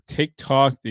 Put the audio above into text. TikTok